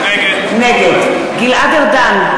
נגד גלעד ארדן,